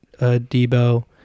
Debo